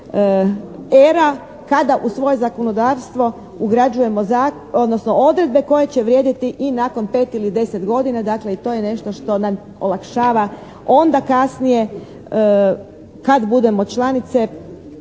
era kada u svoje zakonodavstvo ugrađujemo, odnosno odredbe koje će vrijediti i nakon 5 ili 10 godina, dakle i to je nešto što nam olakšava. Onda kasnije kad budemo članice